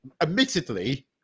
admittedly